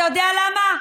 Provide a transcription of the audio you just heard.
אתה יודע למה?